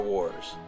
Wars